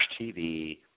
TV